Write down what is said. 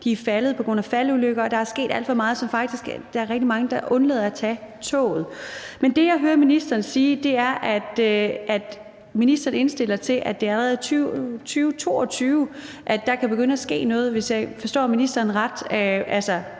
har været ude for faldulykker, og der er sket alt for meget, så der faktisk er rigtig mange, der undlader at tage toget. Men det, jeg hører ministeren sige, er, at ministeren indstiller til, at det allerede er i 2022, at der kan begynde at ske noget, hvis jeg forstår ministeren ret,